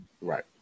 Right